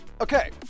okay